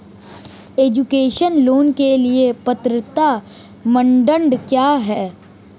Education loan के लिए पात्रता मानदंड क्या है?